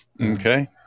Okay